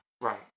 Right